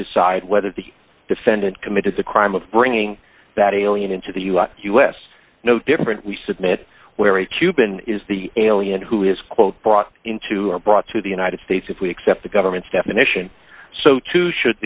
decide whether the defendant committed the crime of bringing that alien into the u s u s no different we submit where a cuban is the alien who is quote brought into are brought to the united states if we accept the government's definition so too should